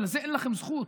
ולזה אין לכם זכות.